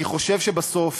אני חושב שבסוף